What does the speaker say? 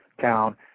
town